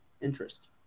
interest